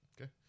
Okay